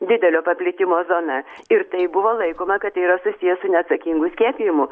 didelio paplitimo zona ir tai buvo laikoma kad tai yra susiję su neatsakingu skiepijimu